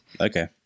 Okay